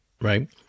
right